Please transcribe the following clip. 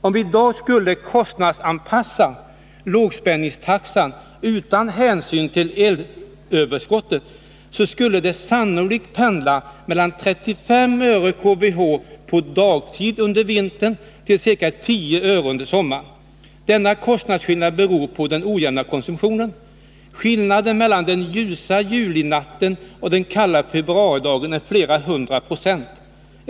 Om vi i dag skulle kostnadsanpassa lågspänningstaxan utan hänsyn till elöverskottet, så skulle den sannolikt pendla mellan ca 35 öre k Wh under sommaren. Denna kostnadsskillnad beror på den ojämna konsumtionen. Skillnaden mellan den ljusa julinatten och den kalla februaridagen är flera hundra procent.